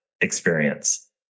experience